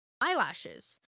eyelashes